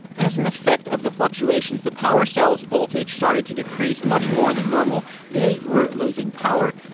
as an effect of the fluctuations, the power cell's voltage started to decrease much more than normal. they were losing power.